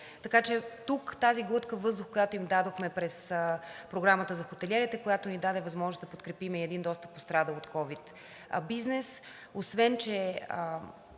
Така че тук тази глътка въздух, която им дадохме през програмата за хотелиерите, която ни даде възможност да подкрепим и един доста пострадал от ковид бизнес,